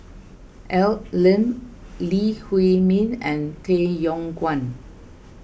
Al Lim Lee Huei Min and Tay Yong Kwang